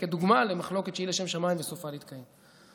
כדוגמה למחלוקת שהיא לשם שמיים וסופה להתקיים.